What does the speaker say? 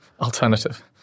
Alternative